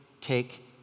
take